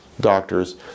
doctors